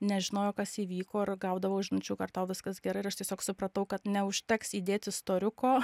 nežinojo kas įvyko ir gaudavau žinučių ar tau viskas gerai ir aš tiesiog supratau kad neužteks įdėti storiuko